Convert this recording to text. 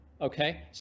Okay